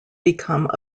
become